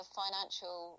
financial